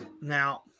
Now